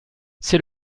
c’est